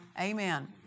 Amen